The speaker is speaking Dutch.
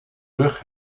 rug